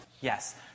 Yes